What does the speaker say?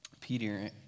Peter